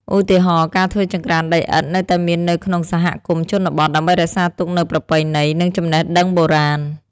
ឧទាហរណ៍ ការធ្វើចង្ក្រានដីឥដ្ឋនៅតែមាននៅក្នុងសហគមន៍ជនបទ ដើម្បីរក្សាទុកនូវប្រពៃណី និងចំណេះដឹងបុរាណ។